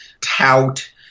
tout